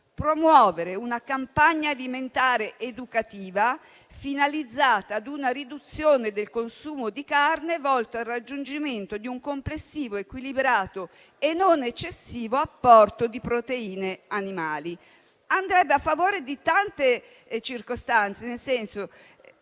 promuovere una campagna alimentare educativa finalizzata a una riduzione del consumo di carne, volta al raggiungimento di un complessivo, equilibrato e non eccessivo apporto di proteine animali. Tutto questo andrebbe a favore di tante circostanze: intanto